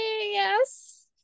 yes